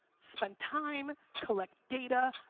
spend time, collect data,